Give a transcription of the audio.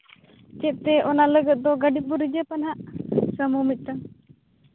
ᱪᱮᱫ ᱛᱮ ᱚᱱᱟ ᱞᱟᱹᱜᱤᱫ ᱫᱚ ᱜᱟᱹᱰᱤ ᱵᱚᱱ ᱨᱤᱡᱟᱵᱷᱼᱟ ᱦᱟᱸᱜ ᱚᱱᱟ ᱢᱤᱫᱴᱟᱝ